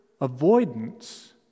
avoidance